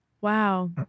Wow